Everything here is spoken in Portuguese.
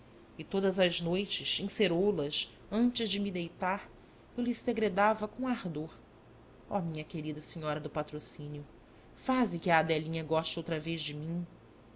e todas as noites em ceroulas antes de me deitar eu lhe segredava com ardor ó minha querida senhora do patrocínio faze que a adelinha goste outra vez de mim